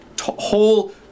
whole